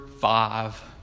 five